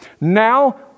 Now